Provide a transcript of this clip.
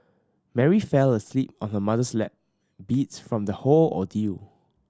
Mary fell asleep on her mother's lap beats from the whole ordeal